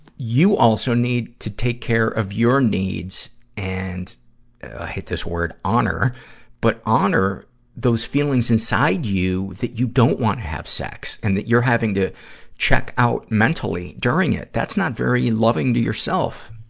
you also need to take care of your needs and i hate this word, honor but honor those feelings inside you that you don't wanna have sex, and that you're having to check out mentally during it. that's not very loving to yourself.